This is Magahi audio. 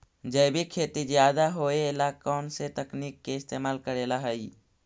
जैविक खेती ज्यादा होये ला कौन से तकनीक के इस्तेमाल करेला हई?